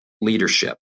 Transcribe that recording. leadership